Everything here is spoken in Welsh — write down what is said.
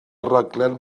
raglen